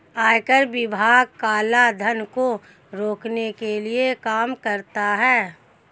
आयकर विभाग काला धन को रोकने के लिए काम करता है